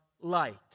light